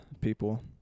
people